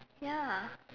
ya